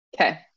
Okay